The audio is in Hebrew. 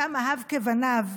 שאותם אהב כבניו,